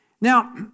now